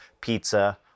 pizza